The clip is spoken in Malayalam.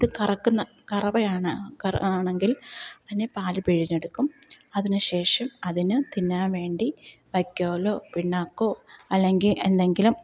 ഇത് കറക്കുന്ന കറവയാണ് ആണെങ്കിൽ അതിനെ പാല് പിഴിഞ്ഞെടുക്കും അതിനുശേഷം അതിന് തിന്നാൻ വേണ്ടി വൈക്കോലോ പിണ്ണാക്കോ അല്ലെങ്കില് എന്തെങ്കിലും